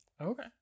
okay